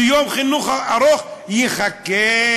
שיום חינוך ארוך יחכה,